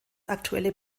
aktuelle